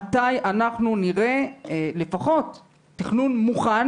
מתי אנחנו נראה לפחות תכנון מוכן,